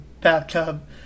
bathtub